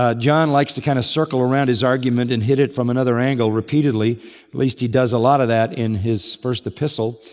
ah john likes to kind of circle around his argument and hit it from another angle repeatedly at least he does a lot of that in his first epistle,